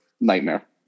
nightmare